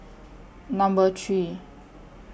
Number three